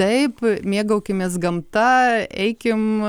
taip mėgaukimės gamta eikim